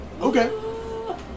Okay